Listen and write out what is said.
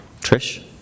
Trish